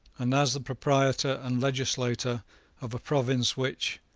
and as the proprietor and legislator of a province which,